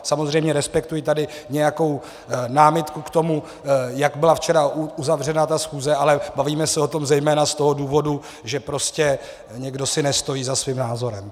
Samozřejmě respektuji tady nějakou námitku k tomu, jak byla včera uzavřena ta schůze, ale bavíme se o tom zejména z toho důvodu, že prostě si někdo nestojí za svým názorem.